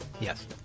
Yes